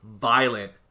violent